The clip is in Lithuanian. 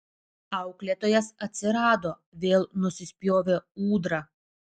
auklėtojas atsirado vėl nusispjovė ūdra